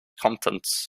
contents